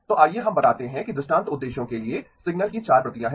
तो आइए हम बताते हैं कि दृष्टांत उद्देश्यों के लिए सिग्नल की 4 प्रतियां हैं